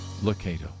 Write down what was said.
Locato